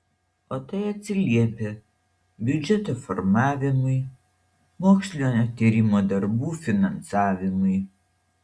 o tai atsiliepia biudžeto formavimui mokslinio tyrimo darbų finansavimui